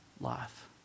life